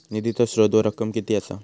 निधीचो स्त्रोत व रक्कम कीती असा?